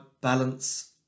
balance